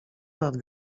nad